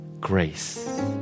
Grace